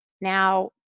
Now